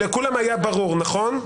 לכולם היה ברור, נכון?